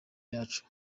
yacu